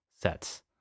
sets